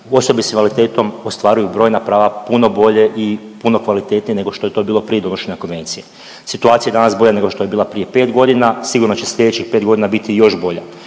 osobe s invaliditetom ostvaruju brojna prava puno bolje i puno kvalitetnije nego što je to bilo prije donošenja konvencije. Situacija je danas bolja nego što je bila prije 5 godina, sigurno će sljedećih 5 godina biti još bolja.